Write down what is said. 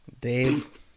Dave